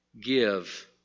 Give